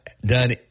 done